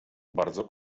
bardzo